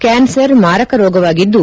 cancer ಮಾರಕ ರೋಗವಾಗಿದ್ದು